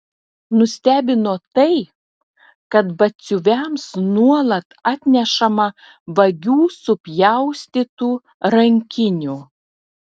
nustebino tai kad batsiuviams nuolat atnešama vagių supjaustytų rankinių